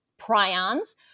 prions